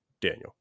Daniel